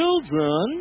children